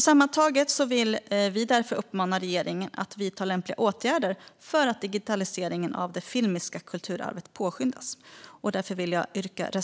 Sammantaget vill vi uppmana regeringen att vidta lämpliga åtgärder för att digitaliseringen av det filmiska kulturarvet ska påskyndas. Därför yrkar jag